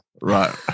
Right